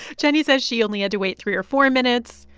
jenny says she only had to wait three or four minutes.